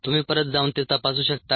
तुम्ही परत जाऊन ते तपासू शकता